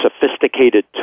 sophisticated